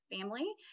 family